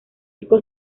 disco